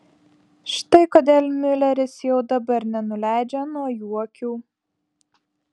štai kodėl miuleris jau dabar nenuleidžia nuo jų akių